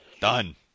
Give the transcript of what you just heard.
Done